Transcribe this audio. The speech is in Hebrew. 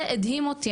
זה הדהים אותי.